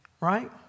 right